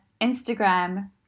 Instagram